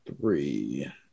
three